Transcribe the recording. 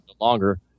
longer